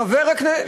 חבר הכנסת,